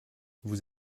vous